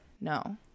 No